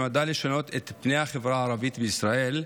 שנועדה לשנות את פני החברה הערבית בישראל,